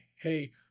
hey